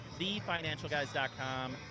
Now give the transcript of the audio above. TheFinancialGuys.com